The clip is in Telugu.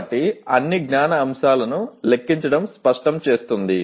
కాబట్టి అన్ని జ్ఞాన అంశాలను లెక్కించడం స్పష్టం చేస్తుంది